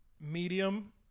medium